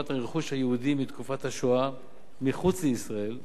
הרכוש היהודי מתקופת השואה מחוץ לישראל,